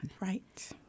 Right